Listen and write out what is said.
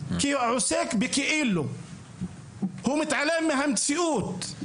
הוא עוסק בכאלו והוא מתעלם מהמציאות.